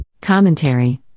Commentary